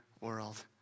world